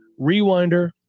Rewinder